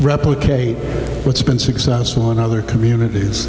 replicate what's been successful in other communities